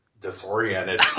disoriented